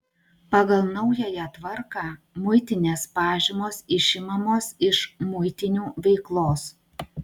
pagal naująją tvarką muitinės pažymos išimamos iš muitinių veiklos